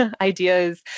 ideas